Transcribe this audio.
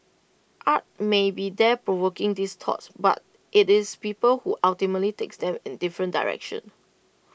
art may be there provoking these thoughts but IT is people who ultimately take them in different directions